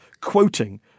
quoting